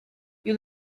you